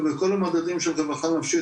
ובכל המדדים של רווחה נפשית,